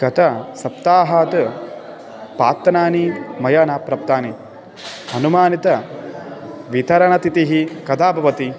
गतसप्ताहात् प्राक्त्तनानि मया न प्राप्तानि अनुमानितवितरणतिथिः कदा भवति